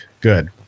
good